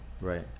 Right